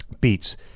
beats